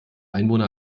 einwohner